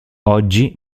oggi